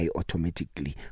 automatically